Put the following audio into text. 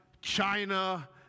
China